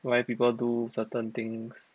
why people do certain things